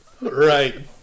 Right